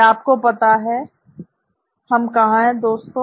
क्या आपको पता है हम कहां हैं दोस्तों